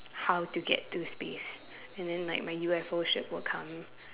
how to get to space and then like my U_F_O ship will come